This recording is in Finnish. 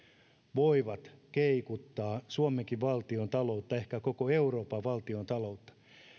voivat keikuttaa suomenkin valtiontaloutta ehkä koko euroopan valtiontaloutta